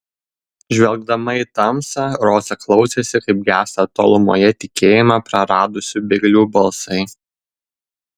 žvelgdama į tamsą roza klausėsi kaip gęsta tolumoje tikėjimą praradusių bėglių balsai